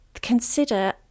consider